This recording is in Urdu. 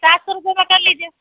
سات سو روپئے میں کر لیجیے